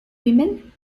women